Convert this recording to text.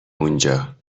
اونجا